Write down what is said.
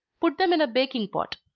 put them in a baking pot.